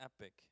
epic